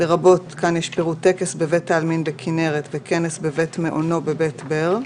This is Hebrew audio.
לרבות טקס בבית העלמין בכנרת וכנס בבית "מעונו" בבית ברל".